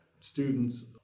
students